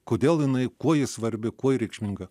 kodėl jinai kuo ji svarbi kuo ji reikšminga